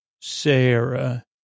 Sarah